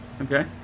Okay